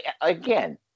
Again